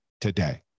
today